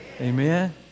Amen